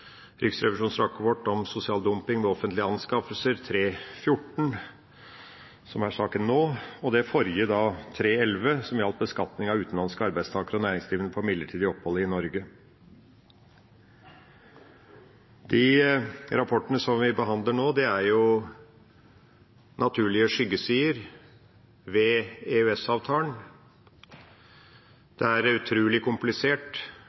om sosial dumping ved offentlige anskaffelser, Dokument 3:14, som er de sakene vi behandler nå. Forrige sak, om Dokument 3:11, gjelder beskatning av utenlandske arbeidstakere og næringsdrivende på midlertidig opphold i Norge. I rapportene som vi behandler nå, er det naturlige skyggesider ved EØS-avtalen. Det er utrolig komplisert,